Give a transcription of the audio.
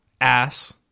Ass